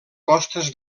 costes